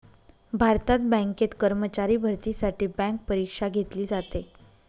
भारतात बँकेत कर्मचारी भरतीसाठी बँक परीक्षा घेतली जाते